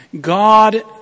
God